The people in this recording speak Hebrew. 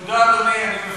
תודה, אדוני.